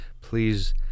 Please